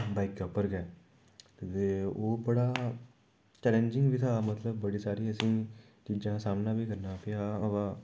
बाइकै उप्पर गै अदे ओह् बड़ा चैलेंजिंग बी था मतलब बड़ी सारी असेंई चीजें दा सामना बी करना पेआ अवा